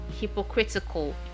hypocritical